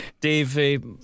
Dave